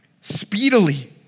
speedily